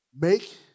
Make